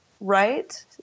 right